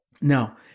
Now